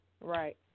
Right